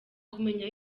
kumenya